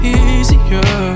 easier